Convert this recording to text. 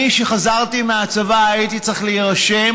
אני, כשחזרתי מהצבא, הייתי צריך להירשם